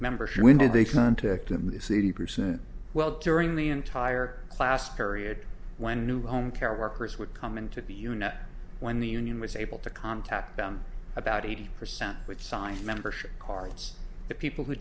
membership when did they fund to the eighty percent well during the entire class period when new home care workers would come in to be unit when the union was able to contact them about eighty percent would sign membership cards the people who